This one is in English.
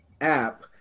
app